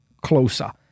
closer